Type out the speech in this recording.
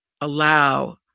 allow